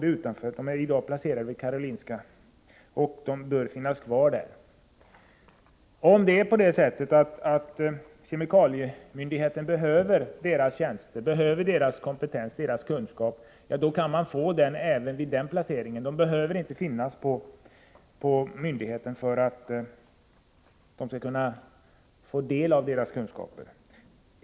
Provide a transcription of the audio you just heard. Den toxikologiska informationen är i dag placerad vid Karolinska institutet och bör finnas kvar där. Om kemikaliemyndigheten behöver Tox-Infos tjänster och kompetens kan man få dem även vid dess nuvarande placering. Tox-Info behöver inte vara placerad vid myndigheten för att man skall kunna få del av dess kunskaper.